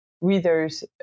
readers